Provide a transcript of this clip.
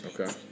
Okay